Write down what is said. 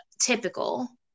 typical